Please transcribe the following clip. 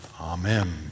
Amen